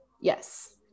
Yes